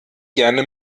gerne